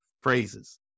phrases